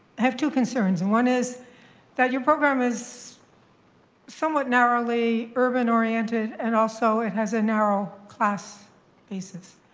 have two concerns. and one is that your program is somewhat narrowly urban-oriented, and also it has a narrow class basis.